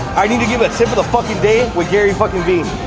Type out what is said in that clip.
i need to give a tip of the fucking day with gary-fucking-vee.